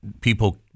people